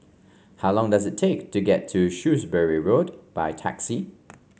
how long does it take to get to Shrewsbury Road by taxi